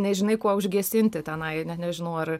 nežinai kuo užgesinti tenai net nežinau ar